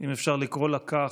אם אפשר לקרוא לה כך,